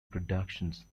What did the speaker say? productions